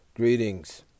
Greetings